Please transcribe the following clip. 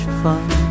fun